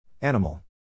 Animal